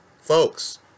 Folks